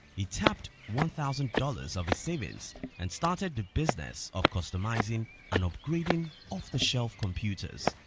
he tapped one thousand dollars of his savings and started the business of customizing and upgrading off the shelf computers,